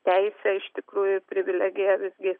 teisę iš tikrųjų privilegija visgi